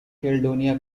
caledonia